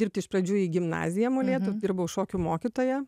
dirbt iš pradžių į gimnaziją molėtų dirbau šokių mokytoja